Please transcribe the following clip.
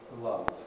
love